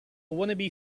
wannabe